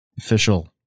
official